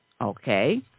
Okay